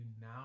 now